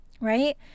right